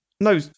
No